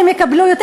שהם יקבלו יותר.